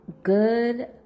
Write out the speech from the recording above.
Good